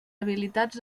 habilitats